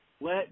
let